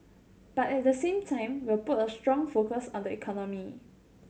but at the same time we'll put a strong focus on the economy